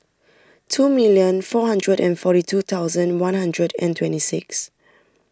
two million four hundred and forty two thousand one hundred and twenty six